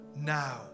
now